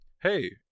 hey